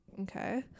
okay